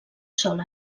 sol